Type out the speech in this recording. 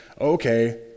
Okay